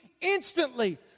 instantly